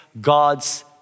God's